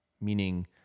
Meaning